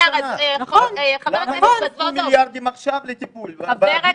למה לא נתנו מיליארדים עכשיו לטיפול?